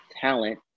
talent